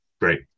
Great